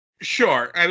Sure